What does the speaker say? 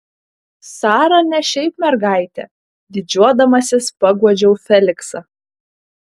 sara ne šiaip mergaitė didžiuodamasis paguodžiau feliksą